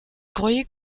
croyais